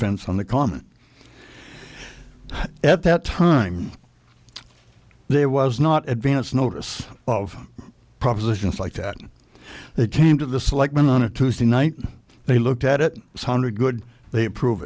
fence on the common at that time there was not advance notice of propositions like that they came to the selectmen on a tuesday night they looked at it sounded good they approve